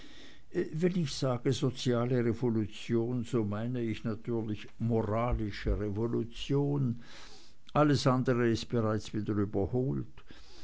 wenn ich sage soziale revolution so meine ich natürlich moralische revolution alles andere ist bereits wieder überholt